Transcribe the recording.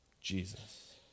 Jesus